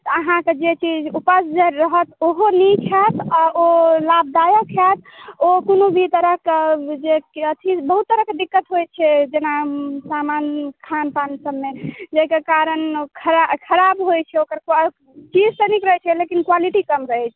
तऽ अहाँके जे चीज उपज जे रहत ओहो नीक होयत आ ओ लाभदायक होयत ओ कोनो भी तरहके जे कि अथी बहुत तरहके दिक्कत होइ छै जेना सामान खान पान सबमे जेकर कारण ओ खरा खराब होइ छै सुआद चीज तऽ नीक रहै छै लेकिन कुआलिटी कम रहै छै